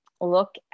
look